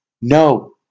No